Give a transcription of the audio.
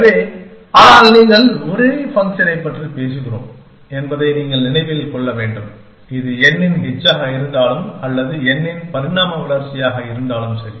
எனவே ஆனால் நீங்கள் ஒரே ஃபங்க்ஷனைப் பற்றி பேசுகிறோம் என்பதை நீங்கள் நினைவில் கொள்ள வேண்டும் இது N இன் H ஆக இருந்தாலும் அல்லது N இன் பரிணாம வளர்ச்சியாக இருந்தாலும் சரி